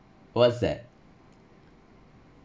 what's that